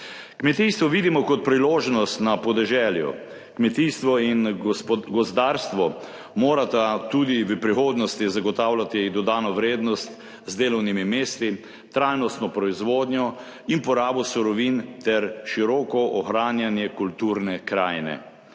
Kmetijstvo vidimo kot priložnost na podeželju. Kmetijstvo in gozdarstvo morata tudi v prihodnosti zagotavljati dodano vrednost z delovnimi mesti, trajnostno proizvodnjo in porabo surovin ter široko ohranjanje kulturne krajine.